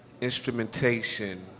instrumentation